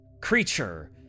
creature